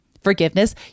forgiveness